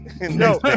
No